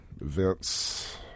Events